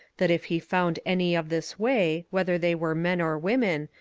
that if he found any of this way, whether they were men or women,